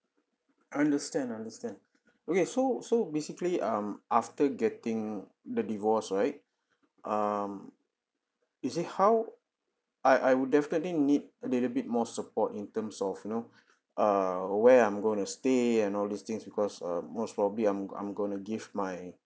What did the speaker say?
understand understand okay so so basically um after getting the divorce right um you see how I I would definitely need a little bit more support in terms of you know err where I'm going to stay and all these things because err most probably I'm I'm going to give my